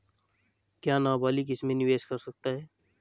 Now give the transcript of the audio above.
क्या नाबालिग इसमें निवेश कर सकता है?